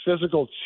physical